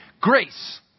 Grace